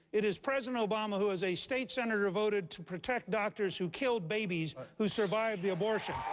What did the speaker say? it is president obama who, as a state senator, voted to protect doctors who killed babies who survived the abortion.